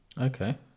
Okay